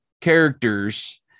characters